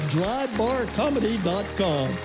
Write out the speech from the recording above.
DriveBarComedy.com